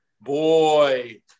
boy